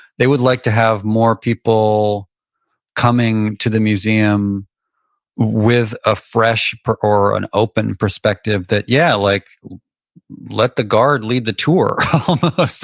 they would like to have more people coming to the museum with a fresh or an open perspective that yeah, like let the guard lead the tour. but